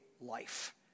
life